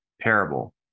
parable